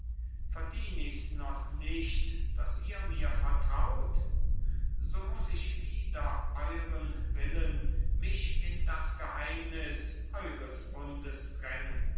verdien ich's noch nicht dass ihr mir vertraut so muss ich wider euren willen mich in das geheimnis eures bundes drängen